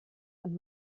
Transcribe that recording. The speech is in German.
und